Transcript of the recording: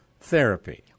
therapy